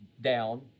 down